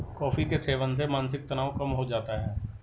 coffee के सेवन से मानसिक तनाव कम हो जाता है